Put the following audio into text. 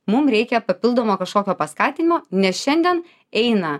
mum reikia papildomo kažkokio paskatinimo nes šiandien eina